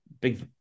big